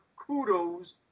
kudos